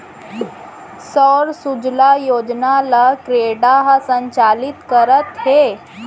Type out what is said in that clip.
सौर सूजला योजना ल क्रेडा ह संचालित करत हे